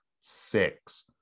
six